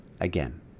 again